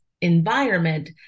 environment